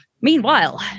Meanwhile